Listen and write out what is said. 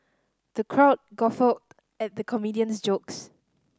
the crowd guffawed at the comedian's jokes